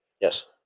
Yes